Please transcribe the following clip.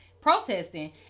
protesting